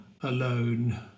alone